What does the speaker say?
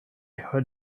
who